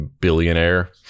billionaire